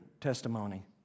testimony